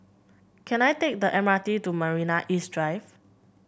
can I take the M R T to Marina East Drive